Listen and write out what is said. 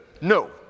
No